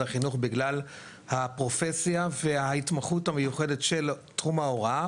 החינוך בגלל הפרופסיה וההתמחות המיוחדת של תחום ההוראה,